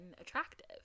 attractive